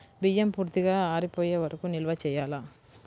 బియ్యం పూర్తిగా ఆరిపోయే వరకు నిల్వ చేయాలా?